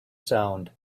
sound